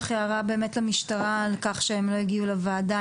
הערה למשטרה על כך שהם לא הגיעו לוועדה.